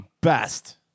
best